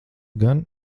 gan